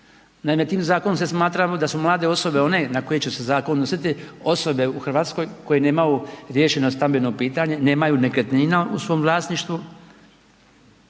Naime, tim zakonom se smatra da su mlade osobe one na koje će se zakon odnositi, osobe u RH koje nemaju riješeno stambeno pitanje, nemaju nekretnina u svom vlasništvu,